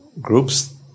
groups